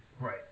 Right